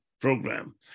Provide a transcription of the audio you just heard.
Program